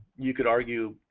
you could argue,